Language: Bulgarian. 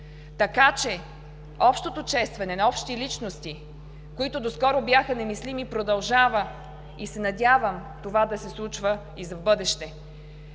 Така че общото честване на общи личности, което доскоро беше немислимо, продължава. Надявам се това да се случва и в бъдеще.